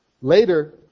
Later